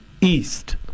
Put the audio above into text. east